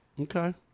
Okay